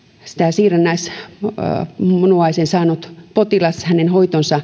siirrännäismunuaisen saaneen potilaan hoito